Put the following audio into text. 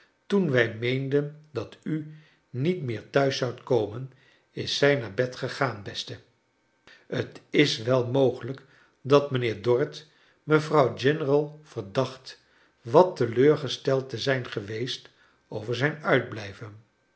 toen wij meenden dat u niet meer thuis zoudt komen is zij naar bed gegaan beste t is wel mogelijk dat mijnheer dorrit mevrouw general verdacht wat teleurgesteld te zijn geweest over zijn uitblijven